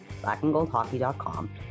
blackandgoldhockey.com